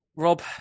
Rob